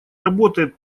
работает